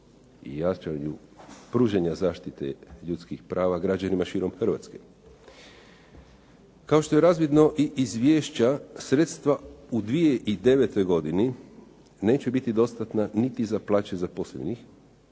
I jačanju, pružanja zaštite ljudskih prava građanima širom Hrvatske. Kao što je razvidno i iz izvješća sredstva u 2009. neće biti dostatna niti za plaće zaposlenih